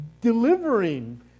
delivering